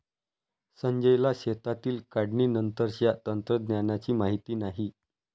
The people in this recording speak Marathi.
संजयला शेतातील काढणीनंतरच्या तंत्रज्ञानाची माहिती नाही